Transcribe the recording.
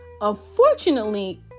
Unfortunately